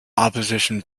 opposition